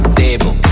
table